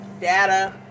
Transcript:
data